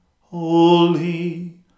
holy